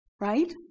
Right